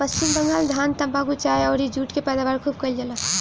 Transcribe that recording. पश्चिम बंगाल धान, तम्बाकू, चाय अउरी जुट के पैदावार खूब कईल जाला